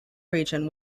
region